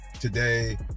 today